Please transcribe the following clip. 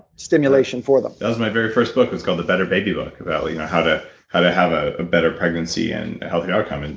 stimulation for them that was my very first book, was called the better baby book, about like yeah how to how to have a better pregnancy and healthy outcome. and